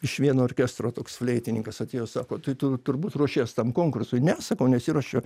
iš vieno orkestro toks fleitininkas atėjo sako tai tu turbūt ruošies tam konkursui ne sakau nesiruošiu